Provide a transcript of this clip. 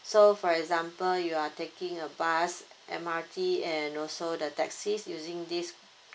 so for example you are taking a bus M_R_T and also the taxis using this